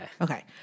Okay